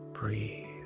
Breathe